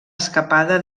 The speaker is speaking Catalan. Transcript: escapada